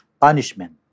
punishment